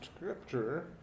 scripture